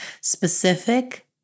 specific